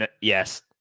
yes